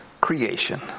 creation